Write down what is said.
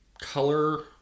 color